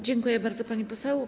Dziękuję bardzo, pani poseł.